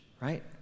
Right